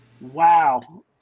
Wow